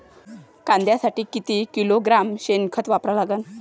कांद्यासाठी किती किलोग्रॅम शेनखत वापरा लागन?